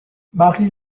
marie